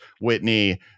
Whitney